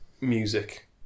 music